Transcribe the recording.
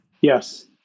Yes